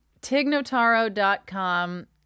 tignotaro.com